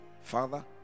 Father